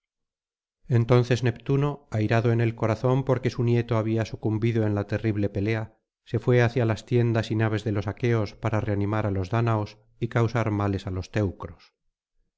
entonces neptuno airado en el corazón porque su nieto había sucumbido en la terrible pelea se fué hacia las tiendas y naves de los aqueos para reanimar á los dáñaos y causar males á los teucros